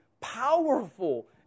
powerful